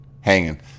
Hanging